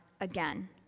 again